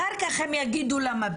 אחר כך הם יגידו למה ביקשו,